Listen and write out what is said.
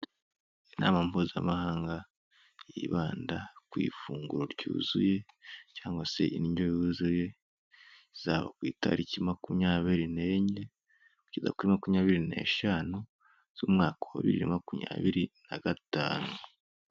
Inama mpuzamahanga yibanda ku ifunguro ryuzuye cyangwa se indyo yuzuye izaba ku itariki makumyabiri n'enye kugeza kuri makumyabiri n'eshanu z'umwaka wa bibiri na makumyabiri na gatanu.